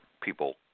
people